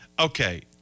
Okay